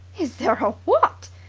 is there what!